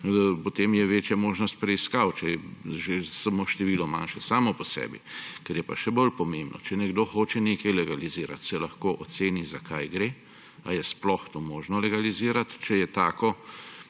Večja je tudi možnost preiskav, če je samo število manjše samo po sebi. Kar je pa še bolj pomembno, če nekdo hoče nekaj legalizirati, se lahko oceni, za kaj gre, ali je sploh to možno legalizirati. Če je